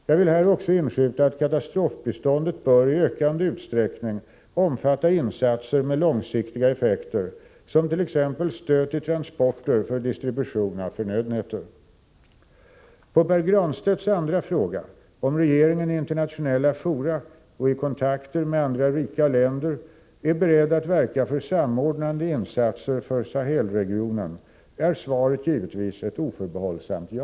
Jag vill här också inskjuta att katastrofbiståndet i ökande utsträckning bör omfatta insatser med långsiktiga effekter, som t.ex. stöd till transporter för distribution av förnödenheter. På Pär Granstedts andra fråga — om regeringen i internationella fora och i kontakter med andra rika länder är beredd att verka för samordnade insatser för Sahelregionen — är svaret givetvis ett oförbehållsamt ja.